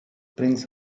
brings